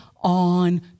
on